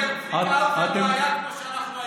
כמו שאנחנו היינו.